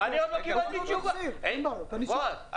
בועז,